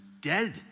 dead